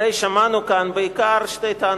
הרי שמענו כאן בעיקר שתי טענות,